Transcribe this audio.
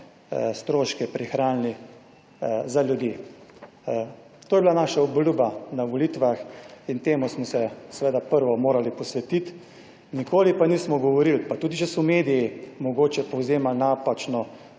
stroške prihranili za ljudi. To je bila naša obljuba na volitvah in temu smo se seveda prvo morali posvetiti. Nikoli pa nismo govorili, pa tudi, če so mediji mogoče povzemali napačno